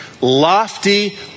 Lofty